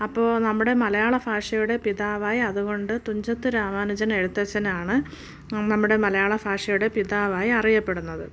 അപ്പോൾ നമ്മുടെ മലയാള ഭാഷയുടെ പിതാവായി അതുകൊണ്ട് തുഞ്ചത്ത് രാമാനുജൻ എഴുത്തച്ഛനാണ് നമ്മുടെ മലയാള ഭാഷയുടെ പിതാവായി അറിയപ്പെടുന്നത്